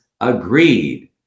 agreed